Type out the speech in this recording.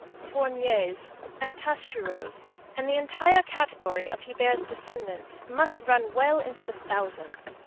fourniers and taschereaus and the entire category of hebert's descendants must run well into the thousands.